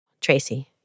Tracy